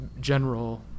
general